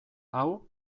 hau